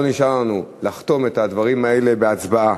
לא נשאר לנו אלא לחתום את הדברים האלה בהצבעה